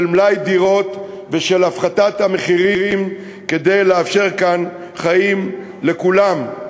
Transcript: מלאי דירות ושל הפחתת המחירים כדי לאפשר כאן חיים לכולם,